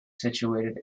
situated